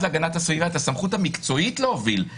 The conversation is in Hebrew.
להגנת הסביבה את הסמכות המקצועית להוביל,